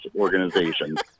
organizations